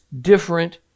different